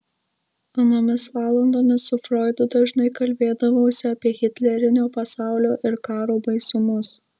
anomis valandomis su froidu dažnai kalbėdavausi apie hitlerinio pasaulio ir karo baisumus